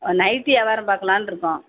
nightie ஏவாரம் பார்க்கலான்னு இருக்கோம்